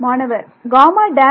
மாணவர் Γ